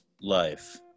life